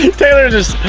taylor just.